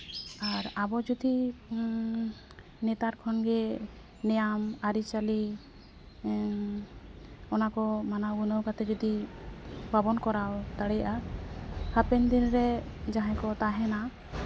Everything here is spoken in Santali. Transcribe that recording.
ᱟᱨ ᱟᱵᱚ ᱡᱩᱫᱤ ᱱᱮᱛᱟᱨ ᱠᱷᱚᱱᱜᱮ ᱱᱮᱭᱟᱢ ᱟᱹᱨᱤᱼᱪᱟᱹᱞᱤ ᱚᱱᱟᱠᱚ ᱢᱟᱱᱟᱣ ᱜᱩᱱᱟᱹᱣ ᱠᱟᱛᱮ ᱡᱩᱫᱤ ᱵᱟᱵᱚᱱ ᱠᱚᱨᱟᱣ ᱫᱟᱲᱮᱭᱟᱜᱼᱟ ᱦᱟᱯᱮᱱ ᱫᱤᱱᱨᱮ ᱡᱟᱦᱟᱸᱭ ᱠᱚ ᱛᱟᱦᱮᱱᱟ